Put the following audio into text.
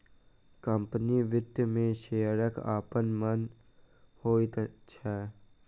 company वित्त मे शेयरक अपन मान होइत छै